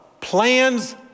plans